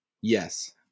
Yes